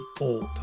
old